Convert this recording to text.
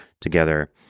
together